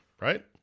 Right